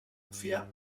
für